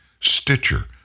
Stitcher